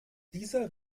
dieser